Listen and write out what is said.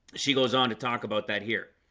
she goes on to talk about that here,